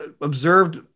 observed